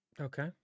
Okay